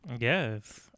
Yes